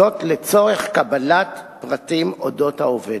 לצורך קבלת פרטים על העובדת.